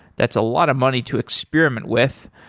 that's a lot of money to experiment with.